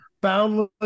boundless